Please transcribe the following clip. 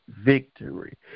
Victory